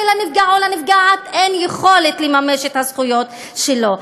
לנפגע או לנפגעת אין יכולת לממש את הזכויות שלהם.